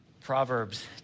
Proverbs